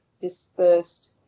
dispersed